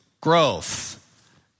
growth